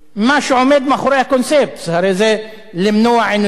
מה שעומד מאחורי הקונספט, הרי זה למנוע עינויים,